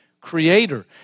creator